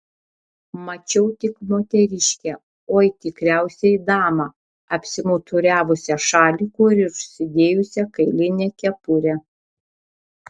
mačiau tik moteriškę oi tikriausiai damą apsimuturiavusią šaliku ir užsidėjusią kailinę kepurę